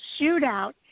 Shootout